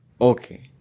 Okay